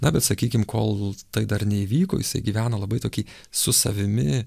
na bet sakykim kol tai dar neįvyko jisai gyveno labai tokį su savimi